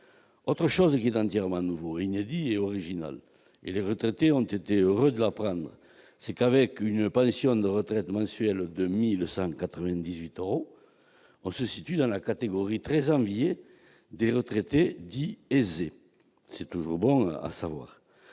autre chose qui est entièrement nouveau et inédit et original et les retraités ont été heureux de la c'est qu'avec une pension de retraite mensuelle de 1000 900 98 on on se situe dans la catégorie très envié des retraités dit aisés, c'est toujours bon à savoir